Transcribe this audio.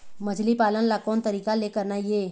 मछली पालन ला कोन तरीका ले करना ये?